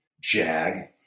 jag